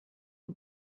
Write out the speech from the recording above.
une